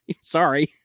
Sorry